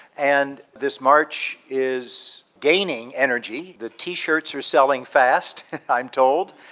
and this march is gaining energy, the t-shirts are selling fast i'm told.